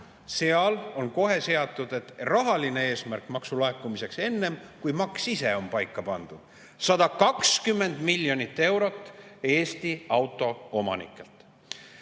Seal on kohe seatud rahaline eesmärk maksulaekumiseks enne, kui maks ise on paika pandud: 120 miljonit eurot Eesti autoomanikelt.